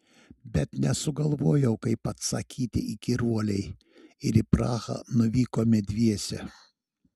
bet nesugalvojau kaip atsakyti įkyruolei ir į prahą nuvykome dviese